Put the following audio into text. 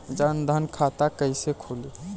जनधन खाता कइसे खुली?